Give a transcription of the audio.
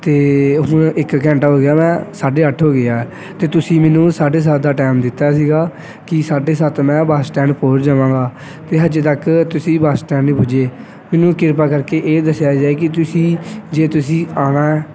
ਅਤੇ ਹੁਣ ਇੱਕ ਘੰਟਾ ਹੋ ਗਿਆ ਮੈਂ ਸਾਢ਼ੇ ਅੱਠ ਹੋ ਗਏ ਆ ਅਤੇ ਤੁਸੀਂ ਮੈਨੂੰ ਸਾਢੇ ਸੱਤ ਦਾ ਟਾਈਮ ਦਿੱਤਾ ਸੀਗਾ ਕਿ ਸਾਢੇ ਸੱਤ ਮੈਂ ਬੱਸ ਸਟੈਂਡ ਪਹੁੰਚ ਜਾਵਾਂਗਾ ਅਤੇ ਅਜੇ ਤੱਕ ਤੁਸੀਂ ਬੱਸ ਸਟੈਂਡ ਨਹੀਂ ਪੁੱਜੇ ਮੈਨੂੰ ਕਿਰਪਾ ਕਰਕੇ ਇਹ ਦੱਸਿਆ ਜਾਵੇ ਕਿ ਤੁਸੀਂ ਜੇ ਤੁਸੀਂ ਆਉਣਾ